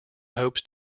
hopes